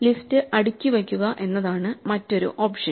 list അടുക്കി വയ്ക്കുക എന്നതാണ് മറ്റൊരു ഓപ്ഷൻ